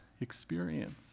experience